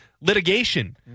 litigation